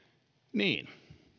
niin